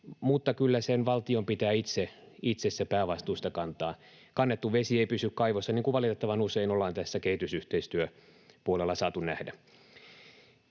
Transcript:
mutta kyllä valtion pitää itse se päävastuu kantaa. Kannettu vesi ei pysy kaivossa, niin kuin valitettavan usein ollaan kehitysyhteistyöpuolella saatu nähdä.